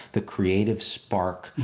the creative spark,